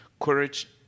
courage